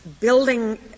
building